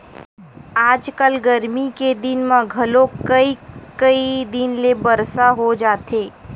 आजकल गरमी के दिन म घलोक कइ कई दिन ले बरसा हो जाथे